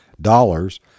dollars